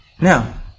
Now